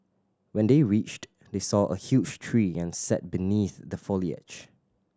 when they reached they saw a huge tree and sat beneath the foliage